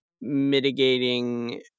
mitigating